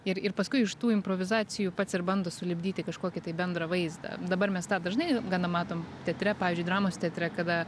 ir ir paskui iš tų improvizacijų pats ir bando sulipdyti kažkokį tai bendrą vaizdą dabar mes tą dažnai gana matom teatre pavyzdžiui dramos teatre kada